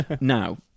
Now